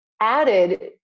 added